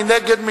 מי נגד?